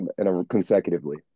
consecutively